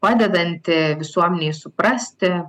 padedanti visuomenei suprasti